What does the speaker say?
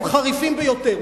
הם חריפים ביותר,